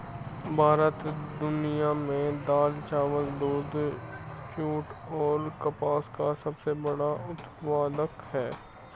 भारत दुनिया में दाल, चावल, दूध, जूट और कपास का सबसे बड़ा उत्पादक है